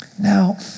Now